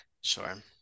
Sure